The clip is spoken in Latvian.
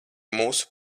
mūsu